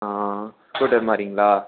ஆ scooter மாதிரிங்களா